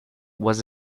was